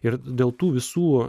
ir dėl tų visų